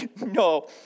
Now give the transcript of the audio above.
No